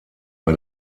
bei